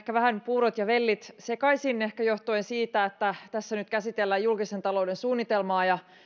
puurot ja vellit sekaisin johtuen ehkä siitä että nyt tässä käsitellään julkisen talouden suunnitelmaa ja